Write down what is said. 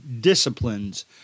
disciplines